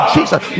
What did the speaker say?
Jesus